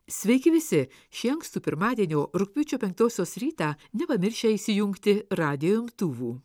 sveiki visi šį ankstų pirmadienio rugpjūčio penktosios rytą nepamiršę įsijungti radijo imtuvų